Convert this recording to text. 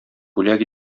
бүләк